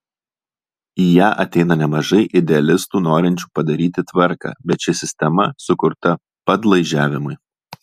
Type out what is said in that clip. į ją ateina nemažai idealistų norinčių padaryti tvarką bet ši sistema sukurta padlaižiavimui